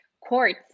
courts